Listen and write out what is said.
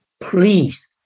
please